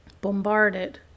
bombarded